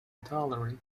intolerant